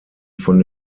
von